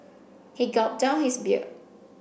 he gulped down his beer